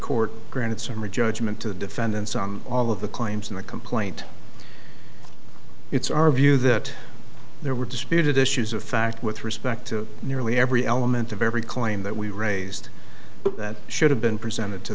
court granted summary judgment to the defendants on all of the claims in the complaint it's our view that there were disputed issues of fact with respect to nearly every element of every claim that we raised but that should have been presented to